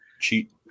Cheat